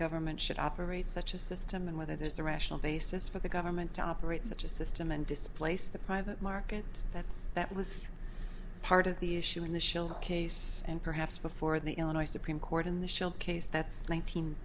government should operate such a system and whether there's a rational basis for the government to operate such a system and displace the private market that's that was part of the issue in the shell case and perhaps before the illinois supreme court in the shell case that's